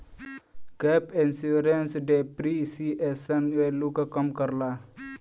gap insurance depreciation value क कम करला